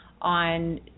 on